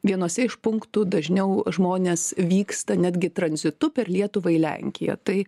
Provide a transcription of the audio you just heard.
vienuose iš punktų dažniau žmonės vyksta netgi tranzitu per lietuvą į lenkiją tai